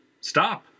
Stop